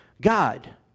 God